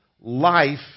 life